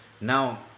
Now